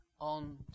on